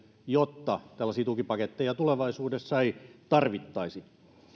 jotta tällaisia tukipaketteja tulevaisuudessa ei tarvittaisi